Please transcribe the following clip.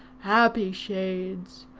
happy shades!